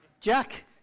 Jack